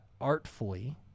artfully